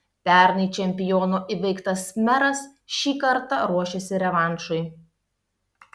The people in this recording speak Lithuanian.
pernai čempiono įveiktas meras šį kartą ruošiasi revanšui